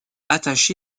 attaché